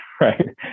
Right